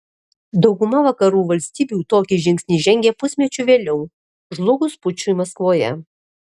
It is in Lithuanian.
dauguma vakarų valstybių tokį žingsnį žengė pusmečiu vėliau žlugus pučui maskvoje